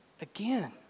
Again